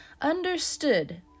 understood